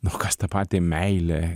nu kas ta pati meilė